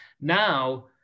Now